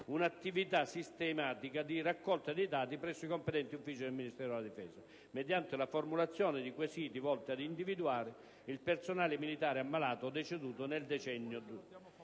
un'attività sistematica di raccolta dei dati presso i competenti uffici del Ministero della difesa, mediante la formulazione di quesiti volti ad individuare il personale militare ammalato o deceduto nel decennio